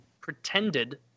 pretended